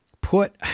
put –